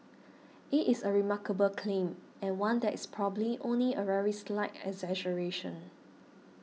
it is a remarkable claim and one that is probably only a very slight exaggeration